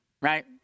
right